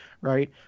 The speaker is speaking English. right